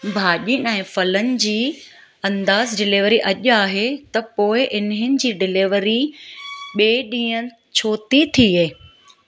भाॼियुनि ऐं फलनि जी अंदाज़ डिलीवरी अॼु आहे त पोइ इन्हनि जी डिलीवरी ॿिए ॾींह ते छो थी थिए